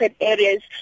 areas